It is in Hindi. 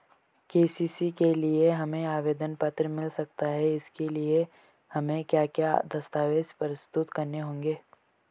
के.सी.सी के लिए हमें आवेदन पत्र मिल सकता है इसके लिए हमें क्या क्या दस्तावेज़ प्रस्तुत करने होंगे?